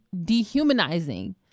dehumanizing